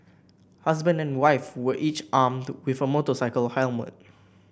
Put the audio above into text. husband and wife were each armed with a motorcycle helmet